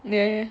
ya ya